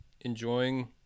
enjoying